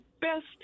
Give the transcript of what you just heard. best